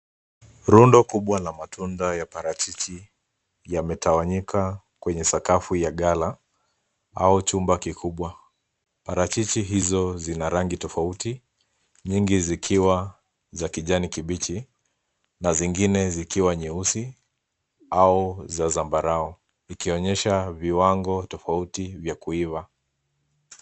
Rundo kubwa la matunda ya parachichi yametawanyika kwenye sakafu ya gala au chumba kikubwa. Parachichi hizo zina rangi tofauti, nyingi zikiwa za kijani kabichi na zingine zikiwa nyeusi au za zambarau, ikionyesha viwango tofauti vya kuiva.